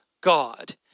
God